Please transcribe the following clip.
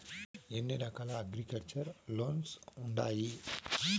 ఎన్ని రకాల agriculture loans ఉండాయి